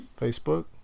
Facebook